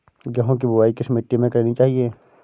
गेहूँ की बुवाई किस मिट्टी में करनी चाहिए?